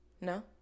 no